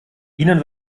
ihnen